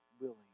willing